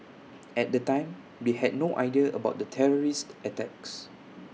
at the time they had no idea about the terrorist attacks